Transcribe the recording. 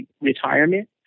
retirement